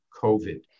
COVID